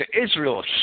Israel